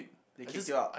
they kick you out